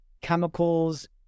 chemicals